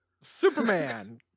Superman